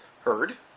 heard